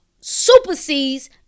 supersedes